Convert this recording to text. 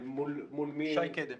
שי קדם